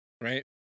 right